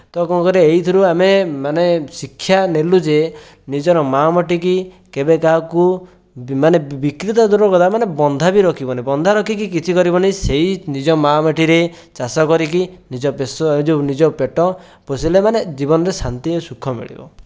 ତ କ'ଣ କରିବା ଏଥିରୁ ଆମେ ମାନେ ଶିକ୍ଷା ନେଲୁ ଯେ ନିଜର ମା' ମାଟିକୁ କେବେ କାହାକୁ ମାନେ ବିକ୍ରି ତ ଦୂରର କଥା ମାନେ ବନ୍ଧା ବି ରଖିବନି ବନ୍ଧା ରଖିକି କିଛି କରିବନି ସେଇ ନିଜ ମା' ମାଟିରେ ଚାଷ କରିକି ନିଜ ଏ ଯେଉଁ ନିଜ ପେଟ ପୋଷିଲେ ମାନେ ଜୀବନରେ ଶାନ୍ତି ଓ ସୁଖ ମିଳିବ